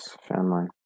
Family